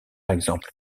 exemple